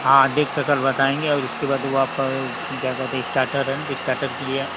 हाँ देख कर कल बताएंगे और इसके बाद वहाँ पर क्या कहते है स्टार्टर एण्ड स्टार्टर के लिए